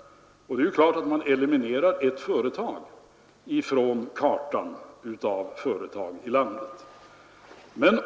— så är det klart att man ibland omedelbart kan säga att därmed elimineras ett företag från kartan över företag i landet.